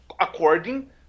according